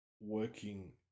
working